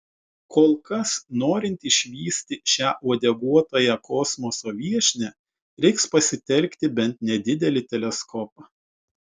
kol kas norint išvysti šią uodeguotąją kosmoso viešnią reiks pasitelkti bent nedidelį teleskopą